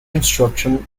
instruction